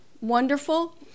wonderful